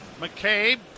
McCabe